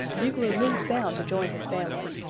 bugler moves down to join his family.